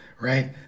Right